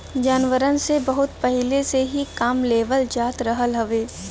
जानवरन से बहुत पहिले से ही काम लेवल जात रहल हउवे